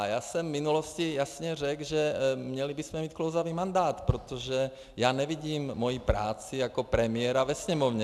Já jsem v minulosti jasně řekl, že bychom měli mít klouzavý mandát, protože já nevidím moji práci jako premiéra ve Sněmovně.